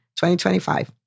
2025